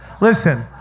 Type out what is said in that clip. Listen